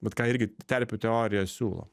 vat ką irgi terpių teorija siūlo